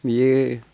बियो